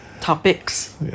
Topics